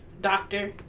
doctor